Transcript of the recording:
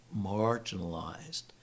marginalized